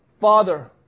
Father